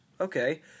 Okay